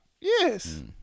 Yes